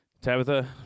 Tabitha